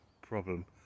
problem